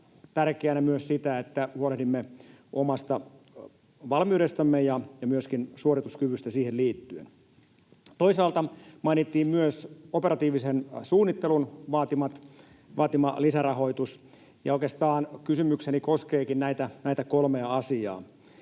tärkeänä myös sitä, että huolehdimme omasta valmiudestamme ja myöskin suorituskyvystä siihen liittyen. Toisaalta mainittiin myös operatiivisen suunnittelun vaatima lisärahoitus, ja oikeastaan kysymykseni koskeekin näitä kolmea asiaa.